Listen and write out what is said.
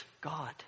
God